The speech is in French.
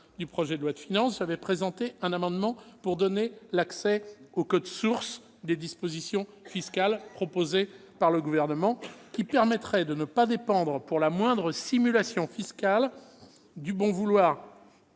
du projet de loi de finances, j'avais présenté un amendement pour donner l'accès au « code source » des dispositions fiscales proposées par le Gouvernement, ce qui permettrait de ne pas dépendre, pour la moindre simulation fiscale, du bon vouloir